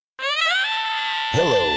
Hello